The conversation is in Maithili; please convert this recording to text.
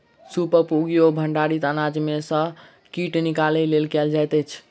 सूपक उपयोग भंडारित अनाज में सॅ कीट निकालय लेल कयल जाइत अछि